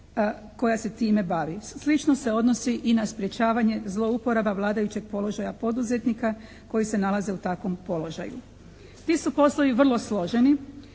koja se time bavi. Slično se odnosi i na sprječavanje zlouporaba vladajućeg položaja poduzetnika koji se nalaze u takvom položaju. Ti su poslovi vrlo složeni.